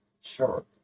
sure